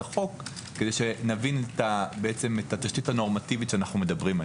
החוק כדי שנבין את התשתית הנורמטיבית שאנחנו מדברים עליה.